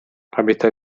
abita